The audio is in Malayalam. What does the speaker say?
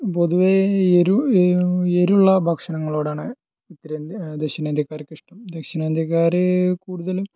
പൊതുവെ ഈ എരു എരുള്ള ഭക്ഷണങ്ങളോടാണ് ഉത്തരേന്ത്യ ദക്ഷിണേന്ത്യക്കാർക്ക് ഇഷ്ടം ദക്ഷിണേന്ത്യക്കാർ കൂടുതലും